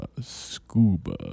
Scuba